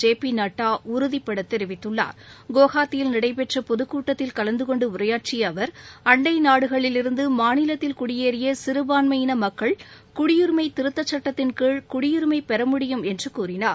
J P Nadda உறுதிபடத் தெரிவித்துள்ளார் குவஹாத்தியில் நடைபெற்ற பொதுக்கூட்டத்தில் கலந்து கொண்டு உரையாற்றிய அவர் அன்டை நாடுகளிலிருந்து மாநிலத்தில் குடியேறிய சிறபான்மையின மக்கள் குடியுரிமை திருத்தச் சட்டத்தின் கீழ் குடியுரிமை பெறமுடியும் என்று கூறினார்